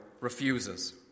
refuses